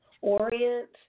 Orient